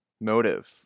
motive